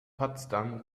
potsdam